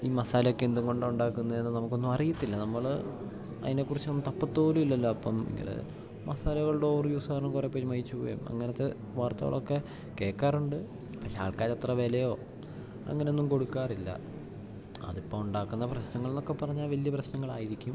ഈ മസാലയൊക്കെ എന്തും കൊണ്ടാ ഉണ്ടാക്കുന്നത് എന്ന് നമുക്കൊന്നും അറിയത്തില്ല നമ്മള് അതിനെ കുറിച്ചൊന്നും തപ്പത്ത് പോലും ഇല്ലല്ലോ അപ്പം ഇങ്ങനെ മസാലകളുടെ ഓവർ യൂസ് കാരണം കുറെ പേര് മരിച്ച് പോയും അങ്ങനത്തെ വാർത്തകളൊക്കെ കേൾക്കാറുണ്ട് പക്ഷേ ആൾക്കാരത്ര വിലയോ അങ്ങനൊന്നും കൊടുക്കാറില്ല അതിപ്പോൾ ഉണ്ടാക്കുന്ന പ്രശ്നങ്ങൾ എന്നൊക്കെ പറഞ്ഞാൽ വലിയ പ്രശ്നങ്ങളായിരിക്കും